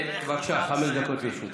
בבקשה, חמש דקות לרשותך.